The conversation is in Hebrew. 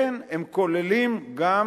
כן, הם כוללים גם